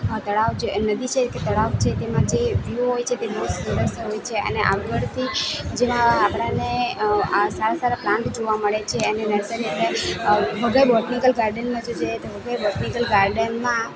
તળાવ છે એ નદી છે કે તળાવ છે તેમાં જે વ્યૂ હોય છે તે વ્યૂ સરસ હોય છે અને આગળથી જેમાં આપણાને આ સારા સારા પ્લાન્ટ જોવા મળે છે એની નર્સરી છે વઘઈ બોટનીકલ ગાર્ડનમાં જઈએ ગાર્ડનમાં